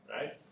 right